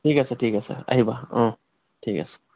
ঠিক আছে ঠিক আছে আহিবা অ' ঠিক আছে